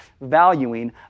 valuing